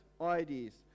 ideas